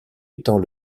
étant